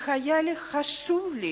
כי היה חשוב לי,